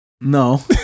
No